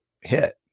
hit